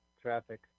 traffic